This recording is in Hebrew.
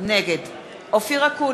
נגד אופיר אקוניס,